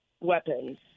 weapons